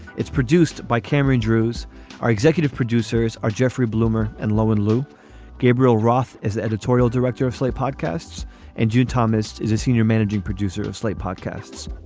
it's produced by cameron drews our executive producers are jeffrey bloomer and lo and lou gabriel roth is the editorial director of slate podcasts and jude thomas is a senior managing producer of slate podcasts.